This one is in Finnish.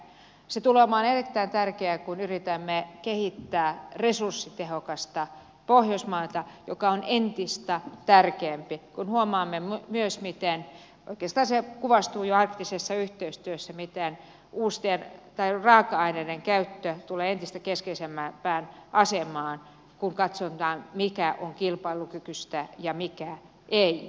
se tulee olemaan erittäin tärkeää kun yritämme kehittää resurssitehokasta pohjoismaata mikä on entistä tärkeämpää kun huomaamme myös miten se oikeastaan kuvastuu jo arktisessa yhteistyössä miten raaka aineiden käyttö tulee entistä keskeisempään asemaan kun katsotaan mikä on kilpailukykyistä ja mikä ei